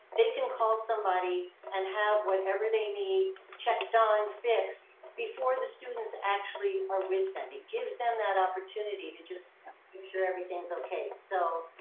they can call somebody and have whatever they need checked on fixed before the students actually are with them. he gives them that opportunity to just make sure everything's okay. so